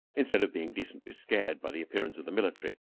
instead of being decently scared by the appearance of the military,